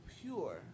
pure